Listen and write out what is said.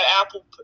Apple